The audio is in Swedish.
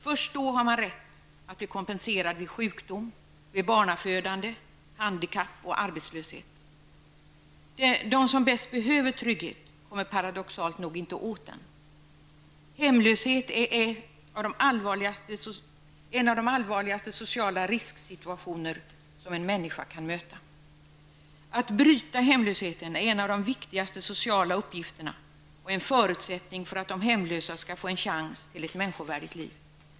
Först då har man rätt att bli kompenserad vid sjukdom, vid barnafödande, handikapp och arbetslöshet. De som bäst behöver trygghet kommer paradoxalt nog inte åt den. Hemlösheten är en av de allvarligaste sociala risksituationer som en människa kan möta. Att bryta hemlösheten är en av de viktigaste sociala uppgifterna och en förutsättning för att de hemlösa skall få en chans till ett människovärdigt liv.